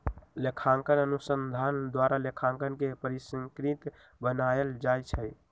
लेखांकन अनुसंधान द्वारा लेखांकन के परिष्कृत बनायल जाइ छइ